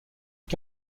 les